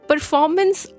Performance